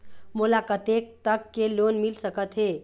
मोला कतेक तक के लोन मिल सकत हे?